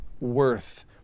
worth